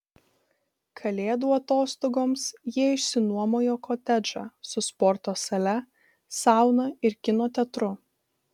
kalėdų atostogoms jie išsinuomojo kotedžą su sporto sale sauna ir kino teatru